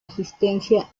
asistencia